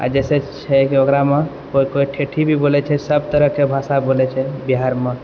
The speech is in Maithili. आओर जे छै से कि ओकरामे कोइ कोइ ठेठी भी बोलै छै सब तरहके भाषा बोलै छै बिहारमे